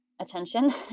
Attention